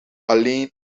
alleen